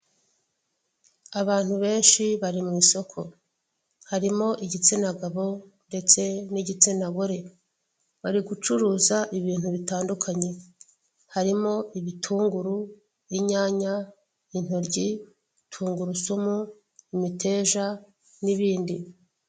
Abantu benshi bari mu isoko. Harimo igitsina gabo ndetse n'igitsina gore. Bari gucuruza ibintu bitandukanye. Harimo ibitunguru, y'inyanya, intoryi, tungurusumu, imiteja, n'ibindi.